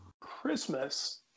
Christmas